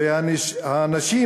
והנשים,